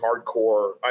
hardcore